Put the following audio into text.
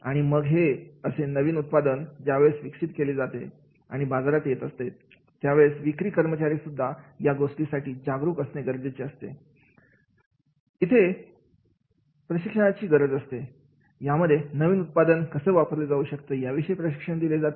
आणि मग हे असे नवीन उत्पादन ज्यावेळेस विकसित केले जातात आणि बाजारात येत असतात त्यावेळेस विक्री कर्मचारी सुद्धा या गोष्टीसाठी जागरूक असणे गरजेचे आहे आहे इथे सुद्धा प्रशिक्षणाची गरज असते यामध्ये नवीन उत्पादन कसा वापरला जाऊ शकतो याविषयी प्रशिक्षण दिले जाते